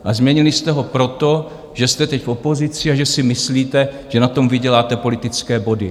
A změnili jste ho proto, že jste teď v opozici a že si myslíte, že na tom vyděláte politické body.